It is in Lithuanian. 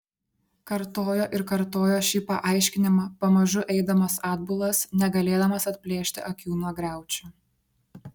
kartojo ir kartojo šį paaiškinimą pamažu eidamas atbulas negalėdamas atplėšti akių nuo griaučių